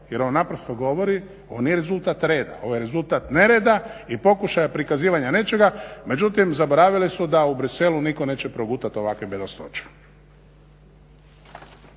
jer on naprosto govori, ovo nije rezultat reda, ovo je rezultat nereda i pokušaja prikazivanja nečega, međutim zaboravili su da u Bruxellesu nitko neće progutati ovakve bedastoće.